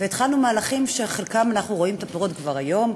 והתחלנו מהלכים שבחלקם אנחנו רואים את הפירות כבר היום.